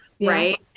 right